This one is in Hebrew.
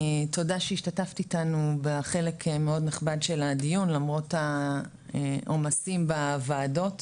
תודה שהשתתפת איתנו בחלק מאוד נכבד של הדיון למרות העומסים בוועדות.